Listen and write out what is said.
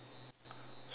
so how